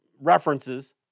references